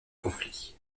conflit